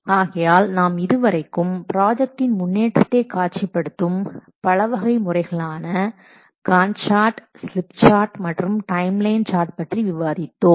ஆகையால் நாம் இதுவரைக்கும் ப்ராஜெக்ட்டின் முன்னேற்றத்தை காட்சிப்படுத்தும் பல வகை முறைகளான காண்ட் சார்ட் ஸ்லிப் சார்ட் மற்றும் டைம் லைன் சார்ட் பற்றி விவாதித்தோம்